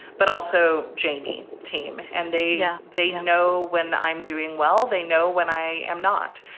but also jamie team. and they yeah they know when i'm doing well, they know when i am not.